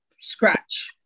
scratch